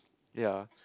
ya